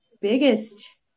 biggest